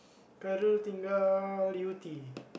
Khairul tinggal Yew-Tee